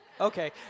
Okay